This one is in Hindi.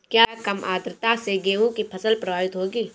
क्या कम आर्द्रता से गेहूँ की फसल प्रभावित होगी?